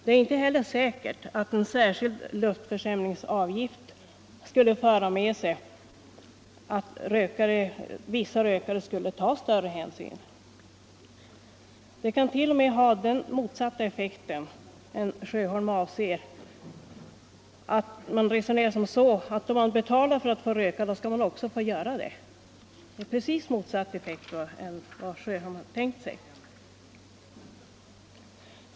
Det är inte heller säkert att en särskild luftförskämningsavgift skulle föra med sig att vissa rökare tog större hänsyn. Den kan t.o.m. ha motsatta effekten, att man resonerar så att om man betalar för att få röka, då skall man också göra det. Det är alltså en effekt precis motsatt den som herr Sjöholm har tänkt sig.